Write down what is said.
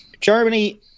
Germany